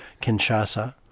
Kinshasa